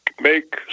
make